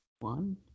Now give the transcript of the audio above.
One